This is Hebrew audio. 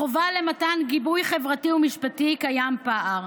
החובה למתן גיבוי חברתי ומשפטי, קיים פער,